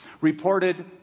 reported